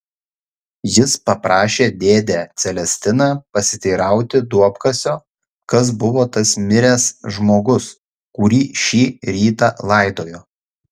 jis paprašė dėdę celestiną pasiteirauti duobkasio kas buvo tas miręs žmogus kurį šį rytą laidojo